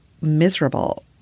miserable